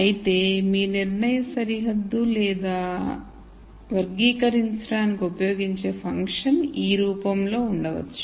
అయితే మీ నిర్ణయ సరిహద్దు లేదా లావర్గీకరించడానికి ఉపయోగించబోయే ఫంక్షన్ ఈ రూపంలో ఉండవచ్చు